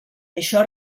això